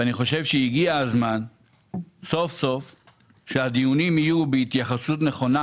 אני חושב שהגיע הזמן שהדיונים יהיו בהתייחסות נכונה